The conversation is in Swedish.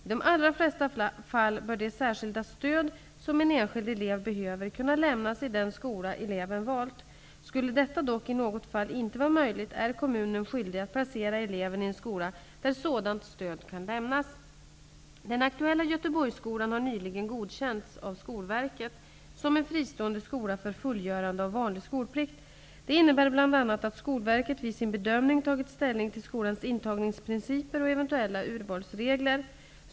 I de allra flesta fall bör det särskilda stöd, som en enskild elev behöver, kunna lämnas i den skola som eleven valt. Skulle detta dock i något fall inte vara möjligt är kommunen skyldig att placera eleven i en skola där sådant stöd kan lämnas. Den aktuella Göteborgsskolan har nyligen godkänts av Skolverket som en fristående skola för fullgörande av vanlig skolplikt. Det innebär bl.a. att Skolverket vid sin bedömning tagit ställning till skolans intagningsprinciper och eventuella urvalsregler.